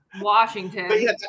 Washington